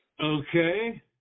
Okay